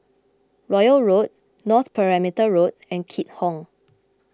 Royal Road North Perimeter Road and Keat Hong